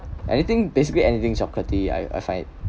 anything basically anything chocolaty I I find it